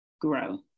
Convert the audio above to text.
grow